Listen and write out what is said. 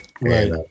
Right